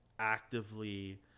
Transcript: Actively